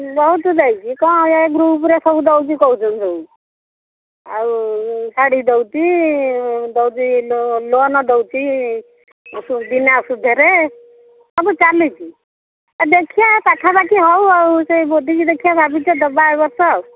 ବହୁତ ଦେଇଛି କ'ଣ ଏ ଗ୍ରୁପ୍ରେ ସବୁ ଦେଉଛି କହୁଛନ୍ତି ସବୁ ଆଉ ଶାଢ଼ୀ ଦେଉଛି ଦେଉଛି ଲୋନ୍ ଦେଉଛି ବିନା ସୁଧରେ ସବୁ ଚାଲିଛି ଦେଖିବା ହେ ପାଖାପାଖି ହେଉ ଆଉ ସେ ଭୋଟିଂ ଦେଖିବା ଭାବିଛେ ଦେବା ଏ ବର୍ଷ ଆଉ